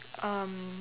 um